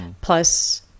plus